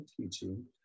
teaching